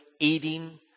eating